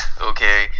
okay